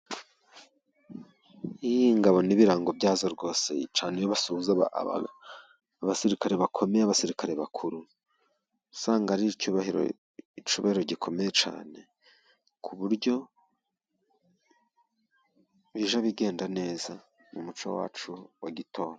Ingabo n'ibirango byazo rwose cyane iyo basuhuza abasirikare bakomeye, abasirikare bakuru, usanga ari icyubahiro gikomeye cyane ku buryo bijya bigenda neza mu muco wacu wa gitore.